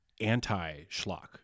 anti-schlock